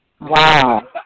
Wow